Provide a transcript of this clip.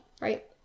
right